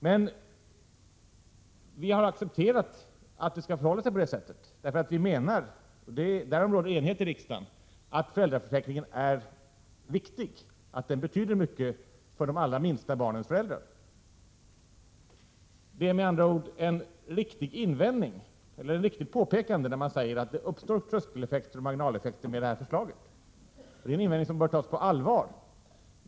Men vi har accepterat att det skall förhålla sig så, därför att vi anser — därom råder enighet i riksdagen — att föräldraförsäkringen är viktig och betyder mycket för de allra minsta barnens föräldrar. Det är med andra ord ett riktigt påpekande när man säger att det uppstår tröskeloch marginaleffekter med det här förslaget, och det är en invändning som bör tas på allvar.